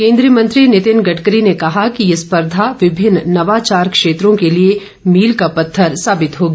केन्द्रीय मंत्री नितिन गडकरी ने कहा कि यह स्पर्धा विभिन्न नवाचार क्षेत्रों के लिए मील का पत्थर साबित होगी